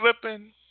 slipping